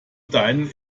deinen